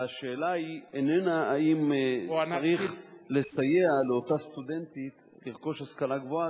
והשאלה איננה האם צריך לסייע לאותה סטודנטית לרכוש השכלה גבוהה,